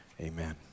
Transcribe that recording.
amen